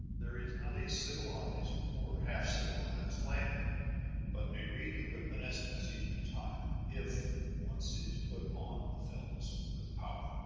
there is not a civilized or half-civilized land but may read the whitmanesque message in time, if once it is put on the films with power.